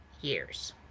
years